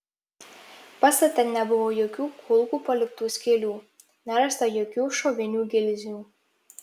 pastate nebuvo jokių kulkų paliktų skylių nerasta jokių šovinių gilzių